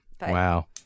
Wow